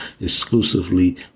exclusively